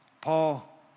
Paul